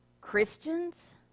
Christians